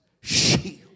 shield